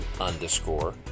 underscore